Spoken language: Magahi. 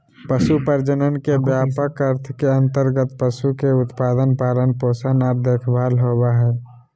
पशु प्रजनन के व्यापक अर्थ के अंतर्गत पशु के उत्पादन, पालन पोषण आर देखभाल होबई हई